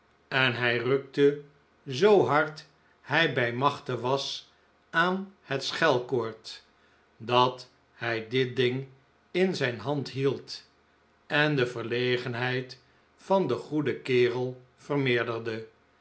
en hij rukte zoo hard hij bij machte was aan het schelkoord dat hij dit ding in zijn hand hield en de verlegenheid van den goeden kerel vermeerderde